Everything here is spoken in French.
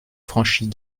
franchit